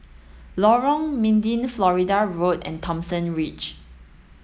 Lorong Mydin Florida Road and Thomson Ridge